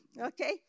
Okay